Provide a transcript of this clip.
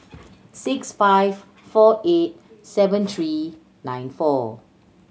six five four eight seven three nine four